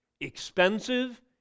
Expensive